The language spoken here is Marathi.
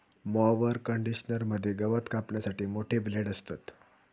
मॉवर कंडिशनर मध्ये गवत कापण्यासाठी मोठे ब्लेड असतत